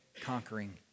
conquering